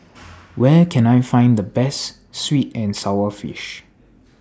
Where Can I Find The Best Sweet and Sour Fish